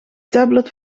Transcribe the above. tablet